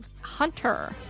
Hunter